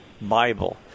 Bible